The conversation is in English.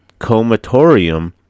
Comatorium